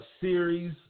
series